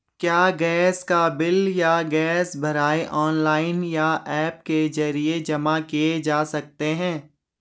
क्या गैस का बिल या गैस भराई ऑनलाइन या ऐप के जरिये जमा किये जा सकते हैं?